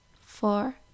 four